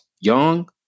young